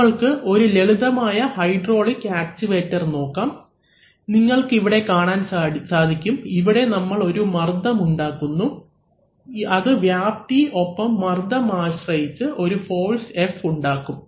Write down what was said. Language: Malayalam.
നമ്മൾക്ക് ഒരു ലളിതമായ ഹൈഡ്രോളിക് ആക്ചുവേറ്റർ നോക്കാം നിങ്ങൾക്ക് ഇവിടെ കാണാൻ സാധിക്കും ഇവിടെ നമ്മൾ ഒരു മർദ്ദം ഉണ്ടാക്കുന്നു അത് വ്യാപ്തി ഒപ്പം മർദ്ദം ആശ്രയിച്ച് ഒരു ഫോഴ്സ് F ഉണ്ടാക്കും